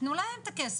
תתנו להם את הכסף,